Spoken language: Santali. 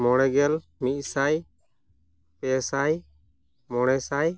ᱢᱚᱬᱮ ᱜᱮᱞ ᱢᱤᱫ ᱥᱟᱭ ᱯᱮᱥᱟᱭ ᱢᱚᱬᱮ ᱥᱟᱭ